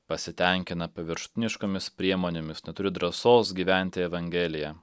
pasitenkina paviršutiniškomis priemonėmis neturi drąsos gyventi evangelija